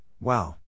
wow